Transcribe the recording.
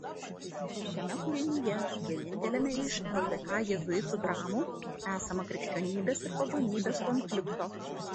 šiame kūrinyje vieninteliame iš ldk jėzuitų dramų esama krikščionybės ir pagonybės konflikto